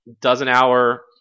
dozen-hour